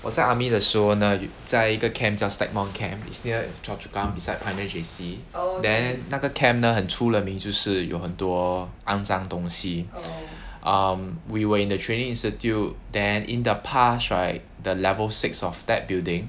我在 army 的时候呢在一个 camp 叫 stagmont camp is near choa chu kang beside pioneer J_C then 那个 camp 呢很出了名就是有很多肮脏东西 um we were in the training institute then in the past right the level six of that building